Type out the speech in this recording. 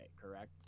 correct